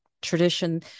tradition